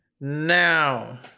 now